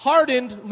Hardened